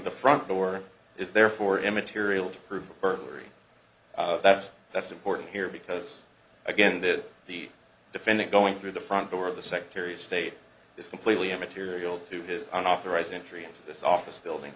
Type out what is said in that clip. the front door is therefore immaterial to prove a burglary that's that's important here because again that the defendant going through the front door of the secretary of state is completely immaterial to his unauthorized entry into this office building